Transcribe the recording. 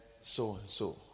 so-and-so